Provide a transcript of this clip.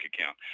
account